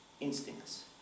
instincts